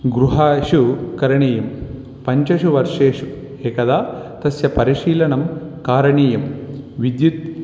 गृहेषु करणीयं पञ्चसु वर्षेषु एकदा तस्य परिशीलनं करणीयं विद्युत्